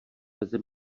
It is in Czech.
beze